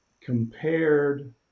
compared